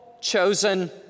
chosen